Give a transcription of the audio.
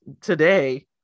today